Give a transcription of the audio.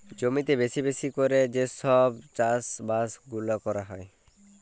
জমিতে বেশি বেশি ক্যরে যে সব চাষ বাস গুলা ক্যরা হ্যয়